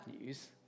news